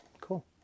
cool